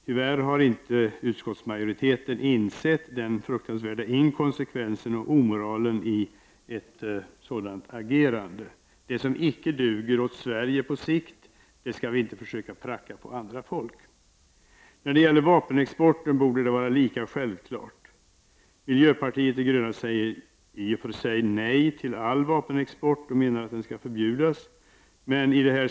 Tyvärr har utskottsmajoriteten inte insett den fruktansvärda inkonsekvensen och omoralen i ett sådant agerande. Det som icke duger åt Sverige på sikt skall vi inte pracka på andra folk. Detsamma borde vara lika självklart när det gäller vapenexporten. Miljöpartiet de gröna säger nej till all vapenexport och menar att den skall förbjudas.